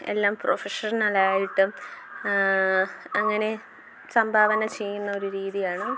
എല്ലാം പ്രൊഫഷണലായിട്ടും അങ്ങനെ സംഭാവന ചെയ്യുന്ന ഒരു രീതിയാണ്